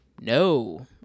no